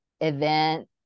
event